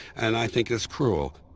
and i think it's cruel.